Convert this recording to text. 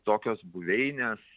tokios buveinės